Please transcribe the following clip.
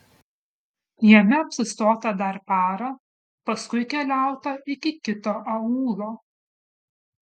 jame apsistota dar parą paskui keliauta iki kito aūlo